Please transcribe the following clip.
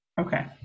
Okay